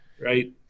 Right